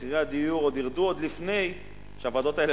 מחירי הדיור ירדו עוד לפני שהוועדות האלה